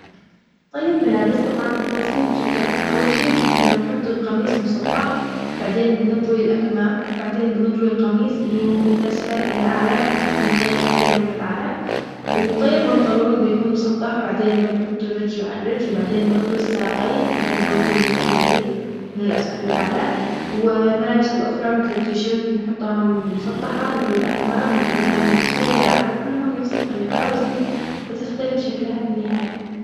طي ملابس طبعا بسيط جدا، أول شيء بنحط القميص مسطح، بعدين بنطوي الأكمام، بعدين بنطوي القميص اللي هو من أسفل إلى أعلى بحيث يكون الطية الأخيرة من الأعلى، و طي البنطلون بيكون مسطح، بعدين بنحط الرجل على الرجل بعدين بنطوي الساقين، بعدين بنطوي الجزء العلوي من الأسفل للأعلى و الملابس الأخرى مثل التي شيرت نحطها مسطحة، نطوي الأكمام، نطويها من أسفلها لأعلى كلهم نفس الطريقة، بس إنه بتختلف شكلها في النهاية.